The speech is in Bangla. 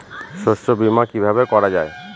শস্য বীমা কিভাবে করা যায়?